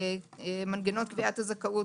מנגנון קביעת הזכאות,